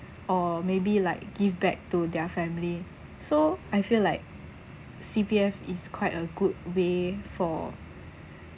or maybe like give back to their family so I feel like C_P_F is quite a good way for